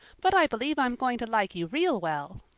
but i believe i'm going to like you real well.